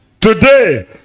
Today